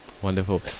Wonderful